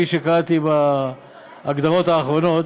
כפי שקראתי בהגדרות האחרונות,